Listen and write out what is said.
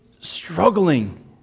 struggling